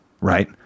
right